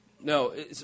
No